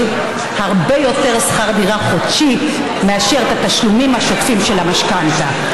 הרבה יותר שכר דירה חודשי מאשר על התשלומים השוטפים של המשכנתה.